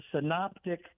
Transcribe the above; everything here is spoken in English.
synoptic